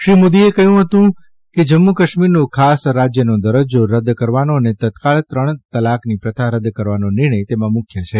શ્રી મોદીએ કહ્યું હતું જમ્મુ કાશ્મીરનો ખાસ રાજ્યનો દરજજા રદ કરવાનો અને તત્કાળ ત્રણ તલાકની પ્રથા રદ કરવાનો નિર્ણય તેમાં મુખ્ય છે